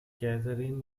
katherine